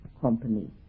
company